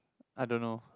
I don't know